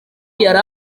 yari